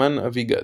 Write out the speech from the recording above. נחמן אביגד,